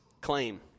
claim